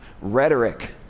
rhetoric